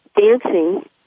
dancing